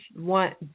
one